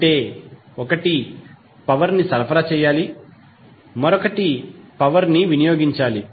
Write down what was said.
అంటే ఒకటి పవర్ ని సరఫరా చేయాలి మరొకటి పవర్ ని వినియోగించాలి